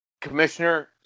Commissioner